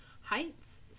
Heights